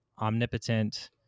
omnipotent